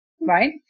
right